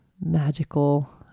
magical